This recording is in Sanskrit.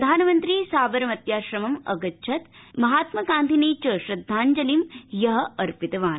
प्रधानमन्त्री साबरमत्याश्रमम् अगच्छत् महात्म गांधिने च श्रद्धांव्जलिमं अर्पितवान्